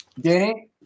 Danny